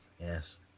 Yes